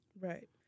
Right